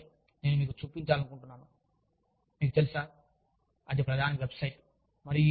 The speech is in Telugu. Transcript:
మరొక విషయం నేను మీకు చూపించాలనుకుంటున్నాను మీకు తెలుసా అది ప్రధాన వెబ్సైట్